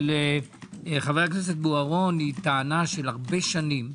חבר הכנסת בוארון היא טענה של הרבה שנים,